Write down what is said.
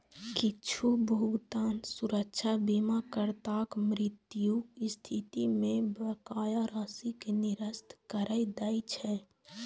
किछु भुगतान सुरक्षा बीमाकर्ताक मृत्युक स्थिति मे बकाया राशि कें निरस्त करै दै छै